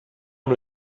amb